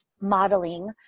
modeling